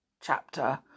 chapter